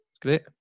great